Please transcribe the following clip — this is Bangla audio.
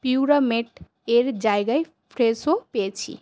পিউরামেট এর জায়গায় ফ্রেশো পেয়েছি